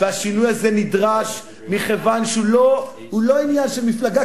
השינוי הזה נדרש מכיוון שהוא לא עניין של מפלגה